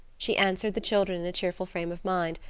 she answered the children in a cheerful frame of mind,